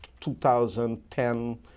2010